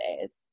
days